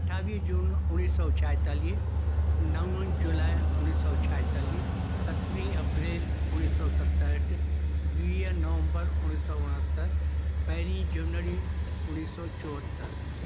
अठावीह जून उणिवीह सौ छातालीह नव जूलाए उणिवीह सौ छाएतालीह सतरीं अप्रेल उणिवीह सौ सतहठि वीह नवम्बर उणिवीह सौ उणहतरि पहिरीं जनवरी उणिवीह सौ चोहतरि